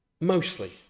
mostly